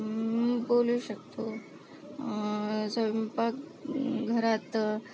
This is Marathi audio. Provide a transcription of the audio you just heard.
बोलू शकतो स्वयंपाकघरात अशा